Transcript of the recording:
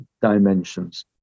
dimensions